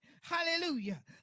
Hallelujah